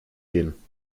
gehen